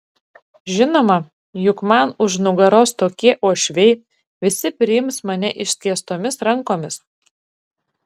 žinoma juk man už nugaros tokie uošviai visi priims mane išskėstomis rankomis